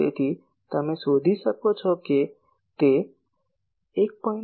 તેથી તમે શોધી શકો છો કે તે 1